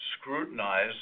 scrutinize